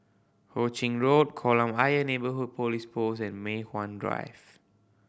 Hu Ching Road Kolam Ayer Neighbourhood Police Post and Mei Hwan Drive